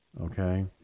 Okay